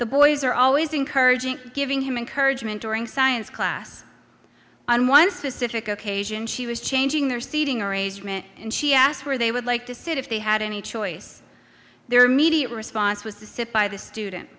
the boys are always encouraging giving him encourage mentoring science class on one specific occasion she was changing their seating arrangement and she asked where they would like to sit if they had any choice their media response was to sit by the student